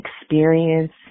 experience